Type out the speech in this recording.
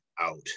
out